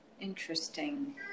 interesting